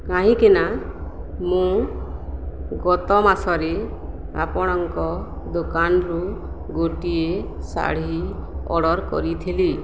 କାହିଁକିନା ମୁଁ ଗତ ମାସରେ ଆପଣଙ୍କ ଦୋକାନରୁ ଗୋଟିଏ ଶାଢ଼ୀ ଅର୍ଡ଼ର୍ କରିଥିଲି